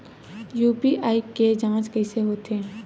UPI के के जांच कइसे होथे?